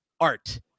art